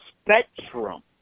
spectrum